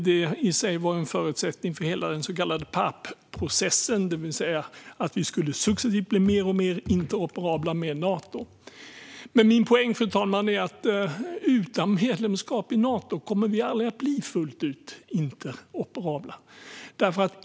Det i sig var en förutsättning för hela den så kallade PARP-processen, det vill säga att vi successivt skulle bli mer och mer interoperabla med Nato. Fru talman! Min poäng är att utan medlemskap i Nato kommer vi aldrig att bli fullt ut interoperabla.